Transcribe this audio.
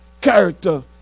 character